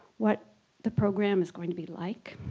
what the program is going to be like